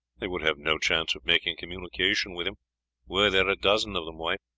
they would have no chance of making communication with him were there a dozen of them, wife.